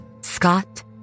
Scott